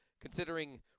considering